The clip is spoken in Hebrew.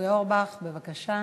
אורי אורבך, בבקשה.